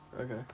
Okay